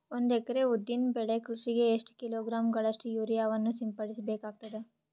ಒಂದು ಎಕರೆ ಉದ್ದಿನ ಬೆಳೆ ಕೃಷಿಗೆ ಎಷ್ಟು ಕಿಲೋಗ್ರಾಂ ಗಳಷ್ಟು ಯೂರಿಯಾವನ್ನು ಸಿಂಪಡಸ ಬೇಕಾಗತದಾ?